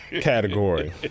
category